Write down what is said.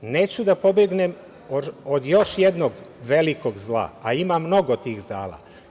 Neću da pobegnem od još jednog velikog zla, a ima mnogo tih zala.